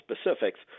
specifics